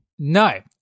No